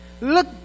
Look